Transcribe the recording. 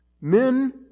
Men